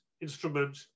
instrument